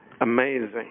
amazing